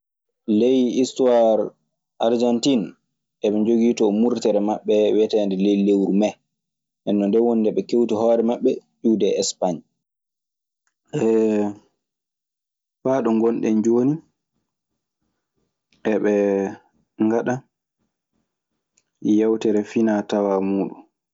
Ley histoire argentine, heɓe jogitone murtere maɓe wietende ley lewru mee ndenon nde woni nde be kewti hore maɓe ƴiwde e españ. Faa ɗo ngonɗen jooni, eɓe ngaɗa yawtere finaatawaa muuɗun.